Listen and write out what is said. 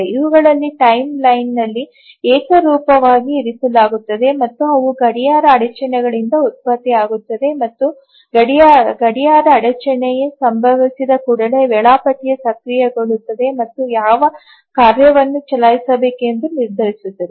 ಅವುಗಳನ್ನು ಟೈಮ್ಲೈನ್ನಲ್ಲಿ ಏಕರೂಪವಾಗಿ ಇರಿಸಲಾಗುತ್ತದೆ ಮತ್ತು ಅವು ಗಡಿಯಾರ ಅಡಚಣೆಗಳಿಂದ ಉತ್ಪತ್ತಿಯಾಗುತ್ತವೆ ಮತ್ತು ಗಡಿಯಾರ ಅಡಚಣೆ ಸಂಭವಿಸಿದ ಕೂಡಲೇ ವೇಳಾಪಟ್ಟಿ ಸಕ್ರಿಯಗೊಳ್ಳುತ್ತದೆ ಮತ್ತು ಯಾವ ಕಾರ್ಯವನ್ನು ಚಲಾಯಿಸಬೇಕು ಎಂದು ನಿರ್ಧರಿಸುತ್ತದೆ